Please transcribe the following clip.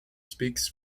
speaks